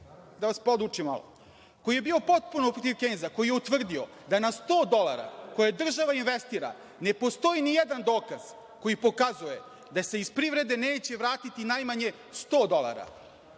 gde je utvrdio, koji je bio potpuno protiv Kejnsa, da vas podučim malo, da na 100 dolara koja država investira ne postoji nijedan dokaz koji pokazuje da se iz privrede neće vratiti najmanje 100 dolara.